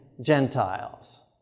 Gentiles